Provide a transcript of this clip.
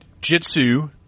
Jitsu